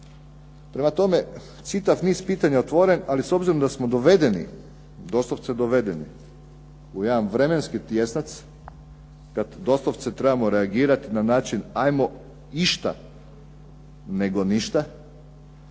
Prema tome, čitav niz pitanja otvoren, ali s obzirom da smo dovedeni, doslovce dovedeni, u jedan vremenski tjesnac kad doslovce trebamo reagirati na način ajmo išta nego ništa,